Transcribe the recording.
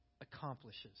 accomplishes